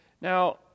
Now